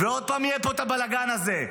ועוד פעם יהיה פה הבלגן הזה.